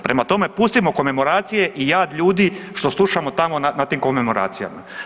Prema tome, pustimo komemoracije i jad ljudi što slušamo tamo na tim komemoracijama.